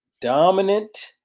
dominant